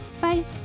Bye